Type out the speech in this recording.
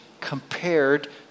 compared